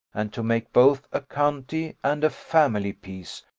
and to make both a county and a family peace,